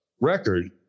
record